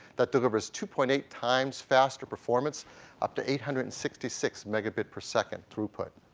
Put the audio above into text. that delivers two point eight times faster performance up to eight hundred and sixty six megabit per second throughput.